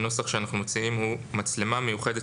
הנו סח שאנחנו מציעים הוא: "מצלמה מיוחדת